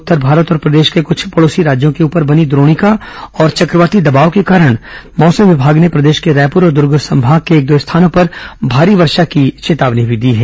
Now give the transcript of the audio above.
उत्तर भारत और प्रदेश के कुछ पड़ोसी राज्यों के ऊपर बनी द्रोणिका और चक्रवाती दबाव के कारण मौसम विमाग ने प्रदेश के रायपुर और दर्ग संभाग के एक दो स्थानों पर भारी वर्षा होने की चेतावनी भी दी है